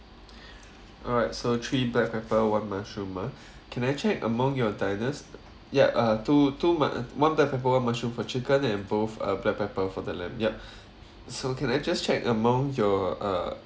alright so three black pepper one mushroom ah can I check among your diners ya uh two two mut~ uh one black pepper one mushroom for chicken and both are black pepper for the lamb ya so can I just check among your uh